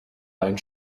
ein